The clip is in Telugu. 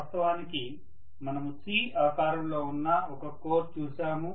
వాస్తవానికి మనము C ఆకారంలో ఉన్న ఒక కోర్ చూశాము